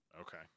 Okay